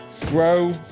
grow